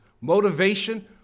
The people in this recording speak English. motivation